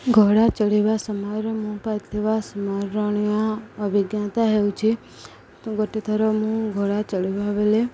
ଘୋଡ଼ା ଚଢ଼ିବା ସମୟରେ ମୁଁ ପାଇଥିବା ସ୍ମରଣୀୟ ଅଭିଜ୍ଞତା ହେଉଛି ଗୋଟେଥର ମୁଁ ଘୋଡ଼ା ଚଢ଼ିବା ବେଳେ